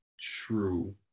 true